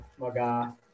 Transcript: Maga